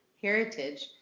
heritage